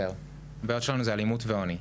הבעיות שלנו הן אלימות ועוני.